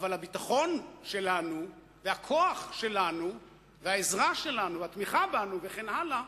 אבל הביטחון שלנו והכוח שלנו והעזרה שלנו והתמיכה בנו וכן הלאה